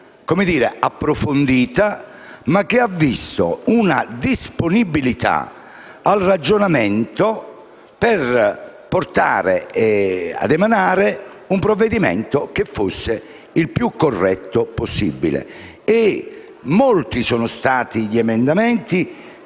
approfondita, che ha visto una disponibilità al ragionamento per portare all'emanazione di un provvedimento che fosse il più corretto possibile. Molti sono stati gli emendamenti